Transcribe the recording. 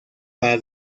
para